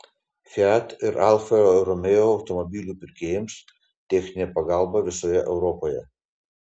fiat ir alfa romeo automobilių pirkėjams techninė pagalba visoje europoje